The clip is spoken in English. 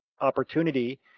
opportunity